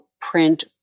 print